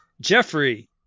Jeffrey